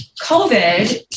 COVID